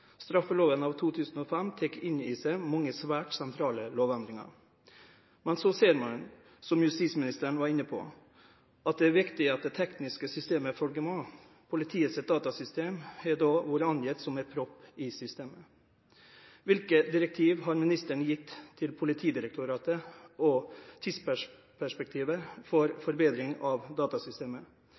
Straffeloven av 2005 tar opp i seg mange svært sentrale lovendringer. Men så ser man, som justisministeren var inne på, at det er viktig at det tekniske systemet følger med. Politiets datasystem har vært angitt som en propp i systemet. Hvilke direktiv har ministeren gitt til Politidirektoratet om tidsperspektivet for forbedring av datasystemet?